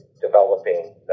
developing